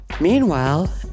meanwhile